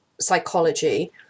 psychology